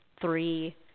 three